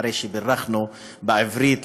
אחרי שבירכנו בעברית,